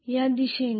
या दिशेने